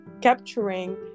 capturing